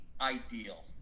ideal